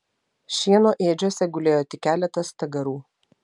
šieno ėdžiose gulėjo tik keletas stagarų